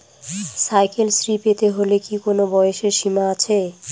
Cycle শ্রী পেতে হলে কি কোনো বয়সের সীমা আছে?